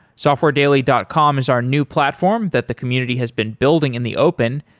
softwaredaily dot com is our new platform that the community has been building in the open.